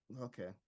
okay